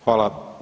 Hvala.